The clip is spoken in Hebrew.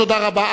תודה רבה.